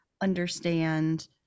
understand